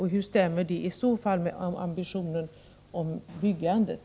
Hur stämmer det i så fall med ambitionerna i fråga om bostadsbyggandet?